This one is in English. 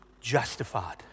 justified